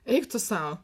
eik tu sau